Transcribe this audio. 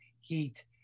heat